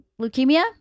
leukemia